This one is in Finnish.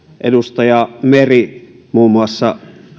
edustaja meri muun muassa